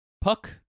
Puck